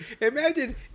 imagine